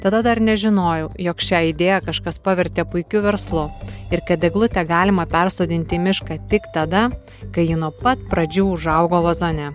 tada dar nežinojau jog šią idėją kažkas pavertė puikiu verslu ir kad eglutę galima persodinti į mišką tik tada kai ji nuo pat pradžių užaugo vazone